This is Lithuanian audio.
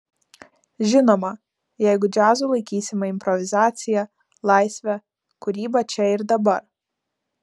žinoma jeigu džiazu laikysime improvizaciją laisvę kūrybą čia ir dabar